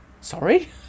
Sorry